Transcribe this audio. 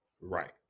Right